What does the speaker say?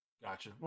Gotcha